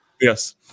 Yes